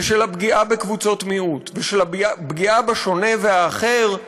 ושל הפגיעה בקבוצות מיעוט ושל הפגיעה בשונה והאחר,